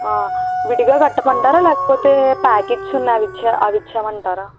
విడిగా కట్టమంటారా లేకపోతే ప్యాకెట్స్ ఉన్నాయి అవి ఇచ్చె అవి ఇవ్వమంటారా